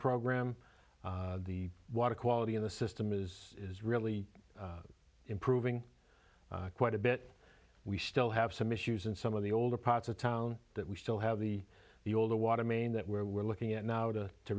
program the water quality in the system is really improving quite a bit we still have some issues in some of the older parts of town that we still have the the older water main that we're looking at now to to